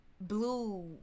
Blue